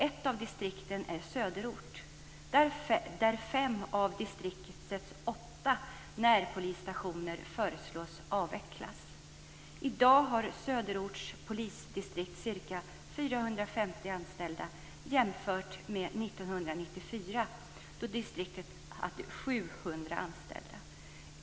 Ett av distrikten är Söderort, där fem av distriktets åtta närpolisstationer föreslås avvecklas. Idag har Söderorts polismästardistrikt ca 450 anställda, jämfört med 1994 då distriktet hade 700 anställda.